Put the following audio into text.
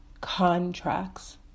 contracts